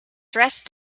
dressed